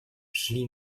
szli